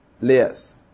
layers